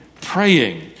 praying